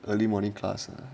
early morning class lah